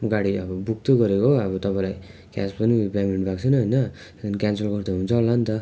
गाडी अब बुक त गरेको हो अब तपाईँलाई क्यास पनि पेमेन्ट भएको छेन होइन क्यान्सल गर्दा हुन्छ होला नि त